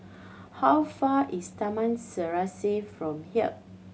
how far is Taman Serasi from here